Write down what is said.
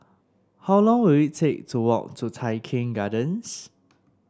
how long will it take to walk to Tai Keng Gardens